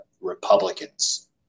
Republicans